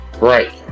Right